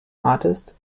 artist